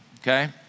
okay